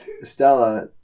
stella